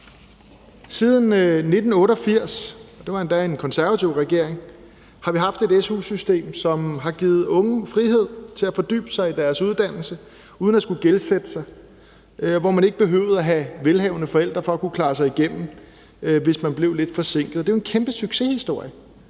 Siden 1988 har vi – og det var endda under en konservativ regering – haft et su-system, som har givet unge frihed til at fordybe sig i deres uddannelse uden at skulle gældsætte sig, og hvor man ikke behøvede at have velhavende forældre for at kunne klare sig igennem, hvis man blev lidt forsinket. Det er jo en kæmpe succeshistorie.